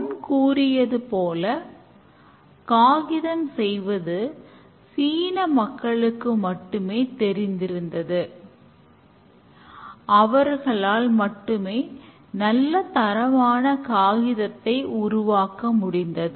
முன் கூறியது போல காகிதம் செய்வது சீன மக்களுக்கு மட்டுமே தெரிந்திருந்தது அவர்களால் மட்டுமே நல்ல தரமான காகிதத்தை உருவாக்க முடிந்தது